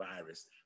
virus